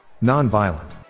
Non-violent